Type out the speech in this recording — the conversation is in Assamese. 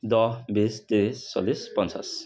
দহ বিছ তিৰিছ চল্লিছ পঞ্চাছ